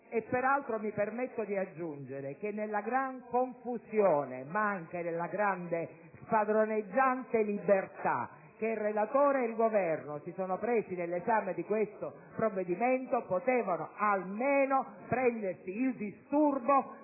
peraltro, mi permetto di aggiungere che nella grande confusione, ma anche nella grande spadroneggiante libertà che il relatore e il Governo si sono presi nell'esame di questo provvedimento potevano almeno prendersi il disturbo